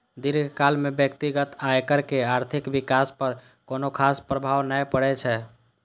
दीर्घकाल मे व्यक्तिगत आयकर के आर्थिक विकास पर कोनो खास प्रभाव नै पड़ै छै